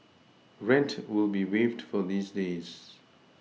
rent will be waived for these days